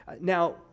Now